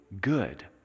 good